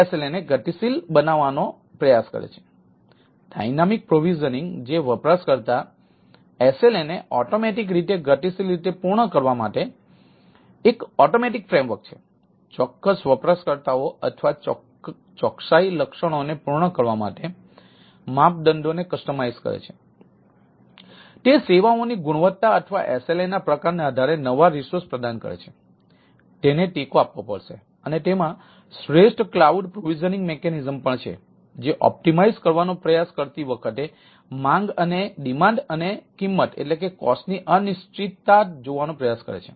adaptive resource provisioning પણ છે જે ઓપ્ટિમાઇઝ કરવાનો પ્રયાસ કરતી વખતે માંગ અને કિંમતની અનિશ્ચિતતા જોવાનો પ્રયાસ કરે છે